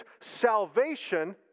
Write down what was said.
salvation